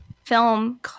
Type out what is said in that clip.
Film